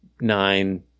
nine